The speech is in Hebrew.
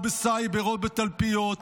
בסייבר או בתלפיות,